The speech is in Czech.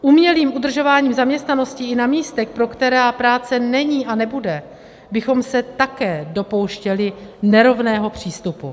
Umělým udržováním zaměstnanosti i na místech, pro která práce není a nebude, bychom se také dopouštěli nerovného přístupu.